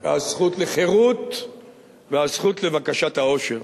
הזכות לחירות והזכות לבקשת האושר.